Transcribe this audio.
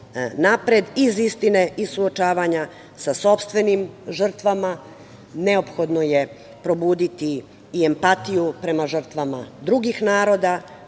Iz istine i suočavanja sa sopstvenim žrtvama neophodno je probuditi i empatiju prema žrtvama drugih naroda,